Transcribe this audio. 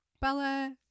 Bella